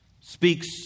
speaks